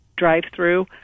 Drive-through